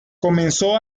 comenzó